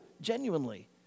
genuinely